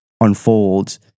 unfolds